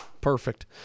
perfect